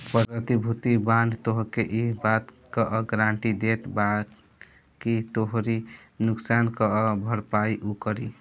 प्रतिभूति बांड तोहके इ बात कअ गारंटी देत बाकि तोहरी नुकसान कअ भरपाई उ करी